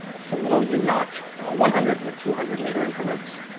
it's a little yeah u-notch one hundred and two hundred meter increments.